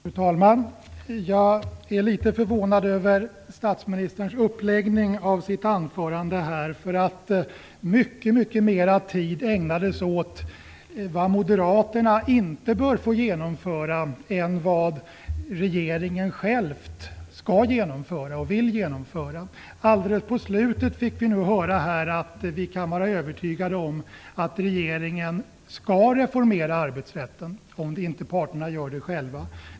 Fru talman! Jag är litet förvånad över statsministerns uppläggning av sitt anförande. Mycket mer tid ägnades åt vad moderaterna inte bör få genomföra än åt vad regeringen själv vill och skall genomföra. Alldeles på slutet fick vi höra att vi kan vara övertygade om att regeringen skall reformera arbetsrätten, om inte parterna gör det själva.